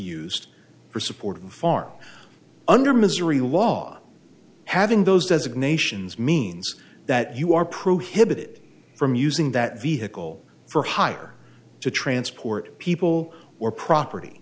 used for support of the farm under missouri law having those designations means that you are prohibited from using that vehicle for hire to transport people or property